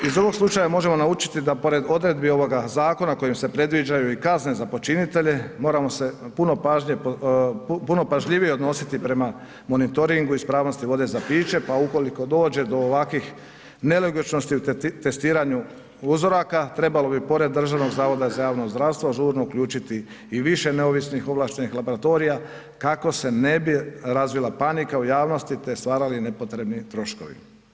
Iz ovog slučaja možemo naučiti da pored odredbi ovoga zakona kojim se predviđaju i kazne za počinitelje moramo se puno pažljivije odnositi prema monitoring ispravnosti vode za piće pa ukoliko dođe do ovakvih nelogičnosti u testiranju uzoraka trebalo bi pore Državnog zavoda za javno zdravstvo žurno uključiti i više neovisnih ovlaštenih laboratorija kako se ne bi razvila panika u javnosti te stvarali nepotrebni troškovi.